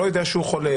לא יודע שהוא חולה,